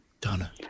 Donna